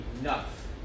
enough